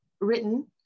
written